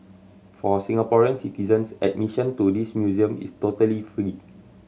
for Singaporean citizens admission to this museum is totally free